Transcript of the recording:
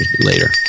later